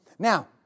Now